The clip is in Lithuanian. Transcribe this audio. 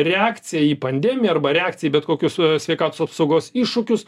reakcija į pandemiją arba reakcija į bet kokius sveikatos apsaugos iššūkius